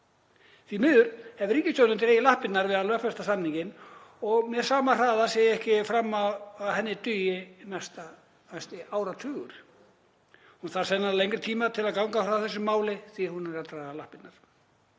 Því miður hefur ríkisstjórnin dregið lappirnar við að lögfesta samninginn og með sama hraða sé ég ekki fram á að henni dugi næsti áratugur. Hún þarf sennilega lengri tíma til að ganga frá þessu máli því að hún er að draga lappirnar.